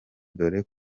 dore